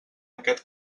aquest